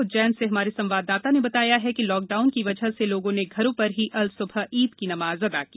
उज्जैन से हमारे संवाददाता ने बताया है कि लॉकडाउन की वजह से लोगों ने घरों पर ही अल सुबह ईद की नमाज अदा की